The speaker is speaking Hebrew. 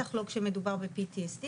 בטח לא כשמדובר ב-PTSD.